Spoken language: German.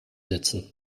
sitzen